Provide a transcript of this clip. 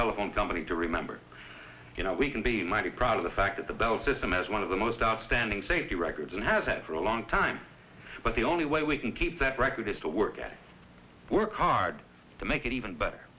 telephone company to remember we can be mighty proud of the fact that the bell system is one of the most outstanding safety records and has had for a long time but the only way we can keep that record is to work at work hard to make it even better